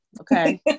Okay